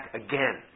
again